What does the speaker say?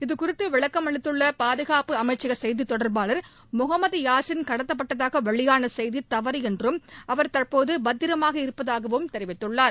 இதுகுறித்து விளக்கம் அளித்துள்ள பாதுகாப்பு அமைச்சக செய்தித் தொடர்பாளர் முகமது யாசின் கடத்தப்பட்டதாக வெளியான செய்தி தவறு என்றும் அவர் தற்போது பத்திரமாக இருப்பதாகவும் தெரிவித்துள்ளார்